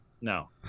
No